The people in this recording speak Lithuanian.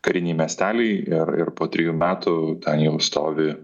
kariniai miesteliai ir ir po trejų metų ten jau stovi